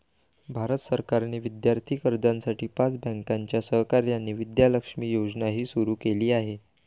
भारत सरकारने विद्यार्थी कर्जासाठी पाच बँकांच्या सहकार्याने विद्या लक्ष्मी योजनाही सुरू केली आहे